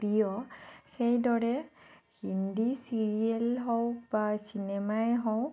প্ৰিয় সেইদৰে হিন্দী চিৰিয়েল হওক বা চিনেমাই হওক